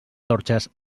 torxes